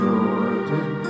Jordan